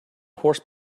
horse